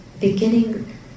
beginning